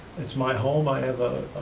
it's my home, i have a